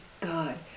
God